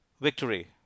Victory